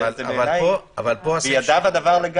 בידיו הדבר.